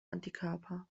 antikörper